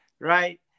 right